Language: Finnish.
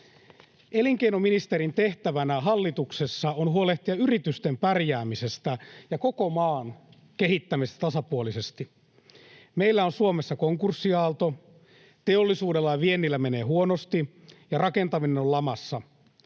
Elinkeinoministerin tehtävänä hallituksessa on huolehtia yritysten pärjäämisestä ja koko maan kehittämisestä tasapuolisesti. Meillä on Suomessa konkurssiaalto, teollisuudella ja viennillä menee huonosti, ja rakentaminen on lamassa.